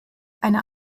eine